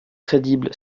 crédible